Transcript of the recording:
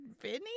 Vinny